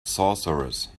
sorcerers